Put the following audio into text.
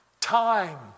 Time